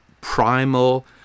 primal